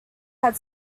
had